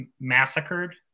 massacred